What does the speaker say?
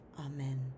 amen